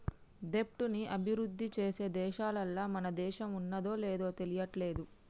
దెబ్ట్ ని అభిరుద్ధి చేసే దేశాలల్ల మన దేశం ఉన్నాదో లేదు తెలియట్లేదు